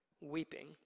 weeping